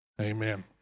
Amen